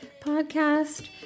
podcast